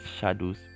shadows